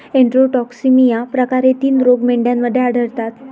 enterotoxaemia प्रकार हे तीन रोग मेंढ्यांमध्ये आढळतात